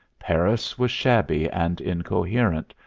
paris was shabby and incoherent,